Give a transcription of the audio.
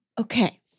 Okay